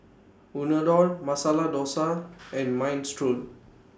Unadon Masala Dosa and Minestrone